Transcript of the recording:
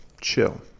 chill